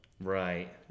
Right